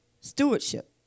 stewardship